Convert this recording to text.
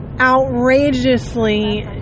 outrageously